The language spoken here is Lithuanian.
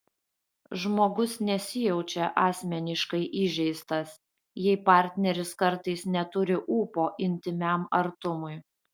žmogus nesijaučia asmeniškai įžeistas jei partneris kartais neturi ūpo intymiam artumui